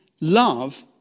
love